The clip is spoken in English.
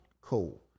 cool